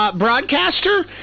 Broadcaster